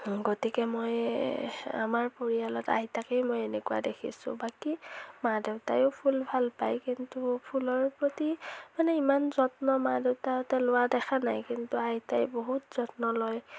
গতিকে মই আমাৰ পৰিয়ালত আইতাকেই মই এনেকুৱা দেখিছোঁ বাকী মা দেউতাইয়ো ফুল ভাল পায় কিন্তু ফুলৰ প্ৰতি মানে ইমান যত্ন মা দেউতাহঁতে লোৱা দেখা নাই কিন্তু আইতাই বহুত যত্ন লয়